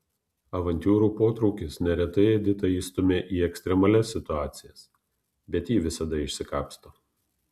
avantiūrų potraukis neretai editą įstumia į ekstremalias situacijas bet ji visada išsikapsto